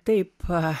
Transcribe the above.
taip va